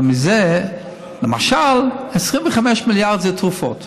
אבל מזה למשל 25 מיליארד זה תרופות,